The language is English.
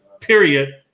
period